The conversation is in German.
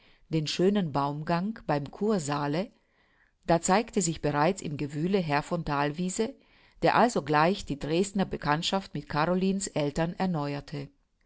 den schönen baumgang beim cursaale da zeigte sich bereits im gewühle herr von thalwiese der alsogleich die dresdner bekanntschaft mit carolinens eltern erneuerte